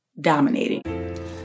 dominating